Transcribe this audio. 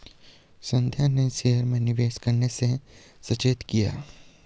संध्या ने शेयर में निवेश करने से सचेत किया